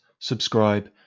subscribe